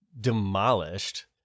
demolished